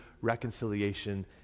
reconciliation